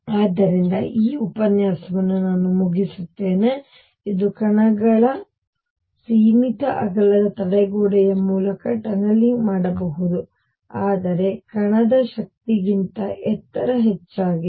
ಆದ್ದರಿಂದ ಈ ಉಪನ್ಯಾಸವನ್ನು ನಾನು ಮುಗಿಸುತ್ತೇನೆ ಇದು ಕಣಗಳು ಸೀಮಿತ ಅಗಲದ ತಡೆಗೋಡೆಯ ಮೂಲಕ ಟನಲಿಂಗ್ ಮಾಡಬಹುದು ಆದರೆ ಕಣದ ಶಕ್ತಿಗಿಂತ ಎತ್ತರ ಹೆಚ್ಚಾಗಿದೆ